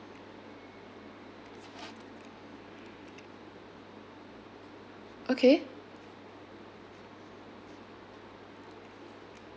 okay